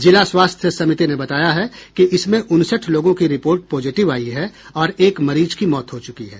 जिला स्वास्थ्य समिति ने बताया है कि इसमें उनसठ लोगों की रिपोर्ट पॉजिटिव आयी है और एक मरीज की मौत हो चुकी है